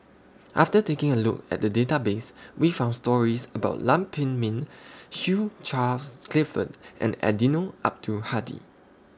after taking A Look At The Database We found stories about Lam Pin Min Hugh Charles Clifford and Eddino Abdul Hadi